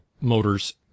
Motors